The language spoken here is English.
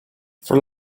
for